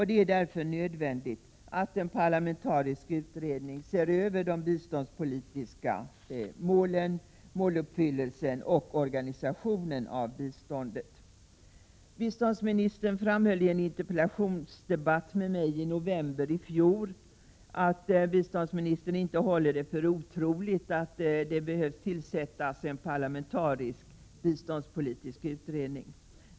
Det är därför nödvändigt att en parlamentarisk utredning ser över Biståndsministern framhöll i en interpellationsdebatt med mig i november i fjol att hon inte håller det för otroligt att man behöver tillsätta en parlamentarisk biståndspolitisk utredning.